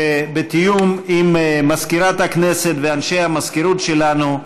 שבתיאום עם מזכירת הכנסת ואנשי המזכירות שלנו,